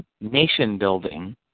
nation-building